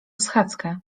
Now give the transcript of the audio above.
schadzkę